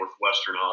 Northwestern